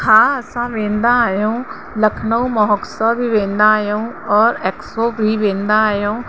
हा असां वेंदा आहियूं लखनऊ महोत्सव वेंदा आहियूं और एक्स्पो बि वेंदा आहियूं